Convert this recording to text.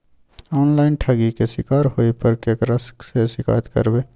Online ठगी के शिकार होय पर केकरा से शिकायत करबै?